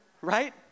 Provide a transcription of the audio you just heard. right